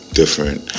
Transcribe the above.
different